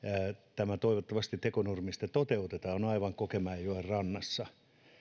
tämä tekonurmi sitten toivottavasti toteutetaan on aivan kokemäenjoen rannassa